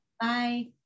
Bye